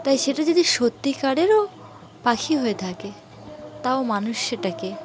তাই সেটা যদি সত্যিকারেরও পাখি হয়ে থাকে তাও মানুষ সেটাকে